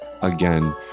again